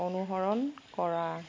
অনুসৰণ কৰা